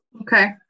Okay